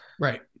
right